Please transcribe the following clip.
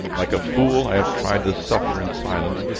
like a fool, i have tried to suffer in silence,